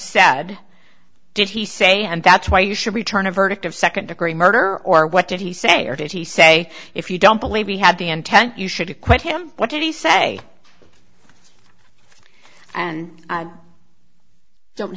said did he say and that's why you should return a verdict of second degree murder or what did he say or did he say if you don't believe he had the intent you should quit him what did he say and i don't